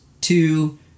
Two